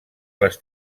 les